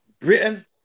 Britain